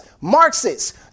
marxists